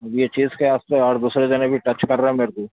یہ چیز کہ آپ کو دوسری جگہ بھی ٹچ کر رہا ہے میرے کو